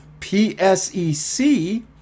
PSEC